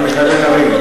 למה אתה מתעלם מהעובדות?